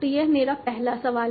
तो यह मेरा पहला सवाल है